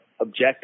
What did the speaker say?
objective